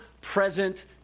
present